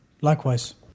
Likewise